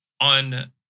on